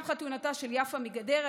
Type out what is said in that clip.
גם חתונתה של יפה מגדרה,